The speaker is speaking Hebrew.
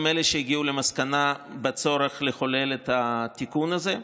הם אלו שהגיעו למסקנה על הצורך לחולל את התיקון הזה.